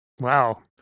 Wow